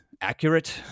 accurate